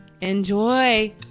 enjoy